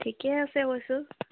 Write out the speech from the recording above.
ঠিকে আছে কৈছোঁ